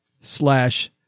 slash